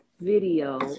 video